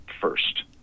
first